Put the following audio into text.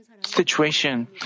situation